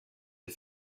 les